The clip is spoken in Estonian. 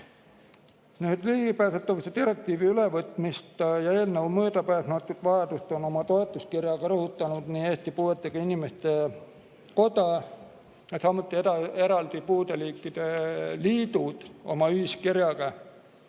Ligipääsetavuse direktiivi ülevõtmist ja eelnõu möödapääsmatut vajadust on oma toetuskirjaga rõhutanud Eesti Puuetega Inimeste Koda, samuti eraldi puudeliikide liidud oma ühiskirjaga.